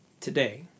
today